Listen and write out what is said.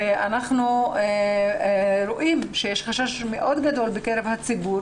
אנחנו רואים שיש חשש גדול מאוד בקרב הציבור